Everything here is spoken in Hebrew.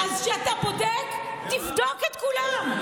אז כשאתה בודק, תבדוק את כולם.